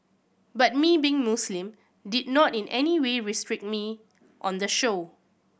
but me being Muslim did not in any way restrict me on the show